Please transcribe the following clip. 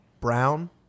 brown